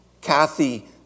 Kathy